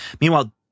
Meanwhile